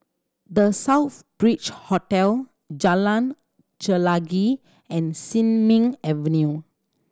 The Southbridge Hotel Jalan Chelagi and Sin Ming Avenue